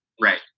Right